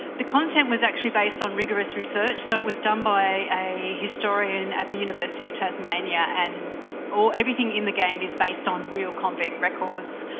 the content was actually based on rigorous research. so, it was done by a historian at the university of tasmania and everything in the game is based on real convict records,